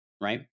Right